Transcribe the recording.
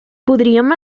podríem